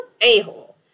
a-hole